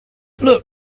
look